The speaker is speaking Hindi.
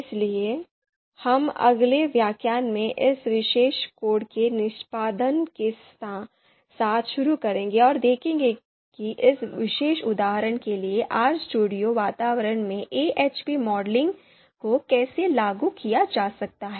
इसलिए हम अगले व्याख्यान में इस विशेष कोड के निष्पादन के साथ शुरू करेंगे और देखेंगे कि इस विशेष उदाहरण के लिए RStudio वातावरण में AHP मॉडलिंग को कैसे लागू किया जा सकता है